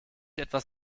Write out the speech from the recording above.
etwas